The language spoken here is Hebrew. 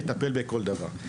לטפל בכל דבר.